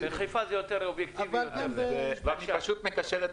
אני אגיד לך את האמת,